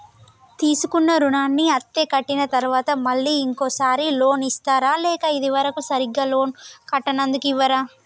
తీసుకున్న రుణాన్ని అత్తే కట్టిన తరువాత మళ్ళా ఇంకో సారి లోన్ ఇస్తారా లేక ఇది వరకు సరిగ్గా లోన్ కట్టనందుకు ఇవ్వరా?